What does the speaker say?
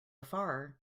far